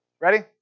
Ready